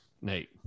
Nate